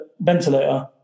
ventilator